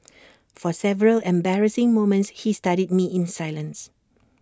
for several embarrassing moments he studied me in silence